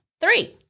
three